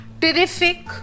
terrific